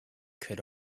could